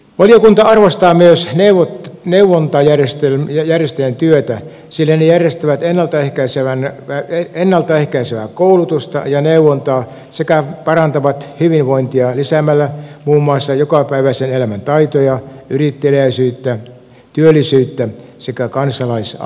valiokunta arvostaa myös neuvontajärjestöjen työtä sillä ne järjestävät ennalta ehkäisevää koulutusta ja neuvontaa sekä parantavat hyvinvointia lisäämällä muun muassa jokapäiväisen elämän taitoja yritteliäisyyttä työllisyyttä sekä kansalaisaktiivisuutta